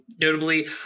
notably